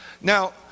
Now